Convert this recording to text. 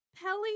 Pelly